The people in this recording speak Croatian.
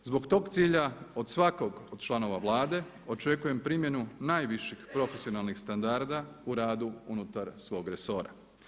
Zbog tog cilja od svakog od članova Vlade očekujem primjenu najviših profesionalnih standarda u radu unutar svog resora.